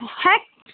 hat